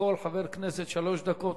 לכל חבר כנסת שלוש דקות.